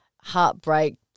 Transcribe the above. heartbreak